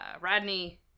Radney